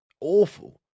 Awful